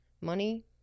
money